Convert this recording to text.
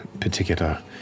particular